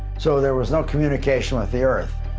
so there was no communication with the earth.